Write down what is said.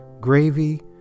gravy